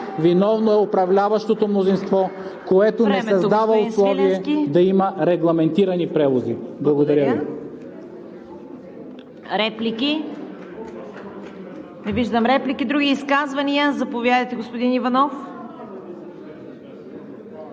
Виновно е управляващото мнозинство, което създава условие да има регламентирани превози. Благодаря Ви.